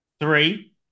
Three